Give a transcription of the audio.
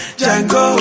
Django